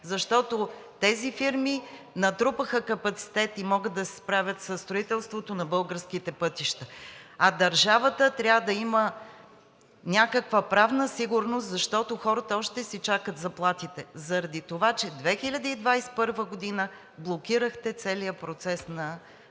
защото тези фирми натрупаха капацитет и могат да се справят със строителството на българските пътища. Държавата трябва да има някаква правна сигурност, защото хората още си чакат заплатите, заради това че 2021 г. блокирахте целия процес на поддръжка на пътната